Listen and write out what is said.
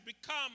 become